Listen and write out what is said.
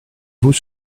vous